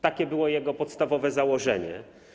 Takie było jego podstawowe założenie.